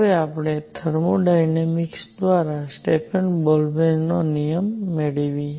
હવે આપણે થર્મોડાયનેમિક્સ દ્વારા સ્ટેફન બોલ્ટ્ઝમેન નિયમ મેળવીએ